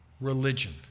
religion